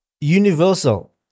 universal